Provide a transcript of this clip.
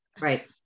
Right